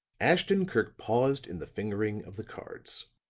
ashton-kirk paused in the fingering of the cards.